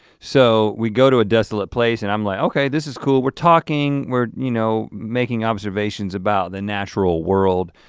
so we go to a desolate place and i'm like okay, this is cool, we're talking, we're you know making observations about the natural world.